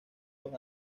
los